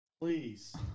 please